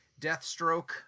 Deathstroke